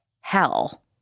hell